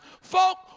folk